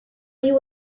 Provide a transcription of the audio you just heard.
you